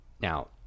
Now